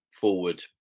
forward